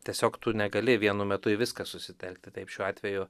tiesiog tu negali vienu metu į viską susitelkti taip šiuo atveju